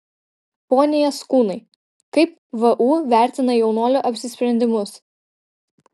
pone jaskūnai kaip vu vertina jaunuolių apsisprendimus